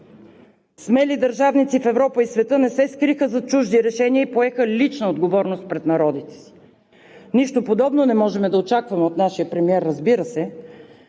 Смели държавници в Европа и света не се скриха зад чужди решения и поеха лична отговорност пред народите си – нищо подобно не можем да очакваме от нашия премиер, разбира се.